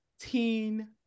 teen